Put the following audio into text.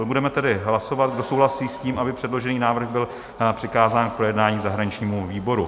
Budeme tedy hlasovat, kdo souhlasí s tím, aby předložený návrh byl přikázán k projednání zahraničnímu výboru.